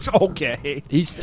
Okay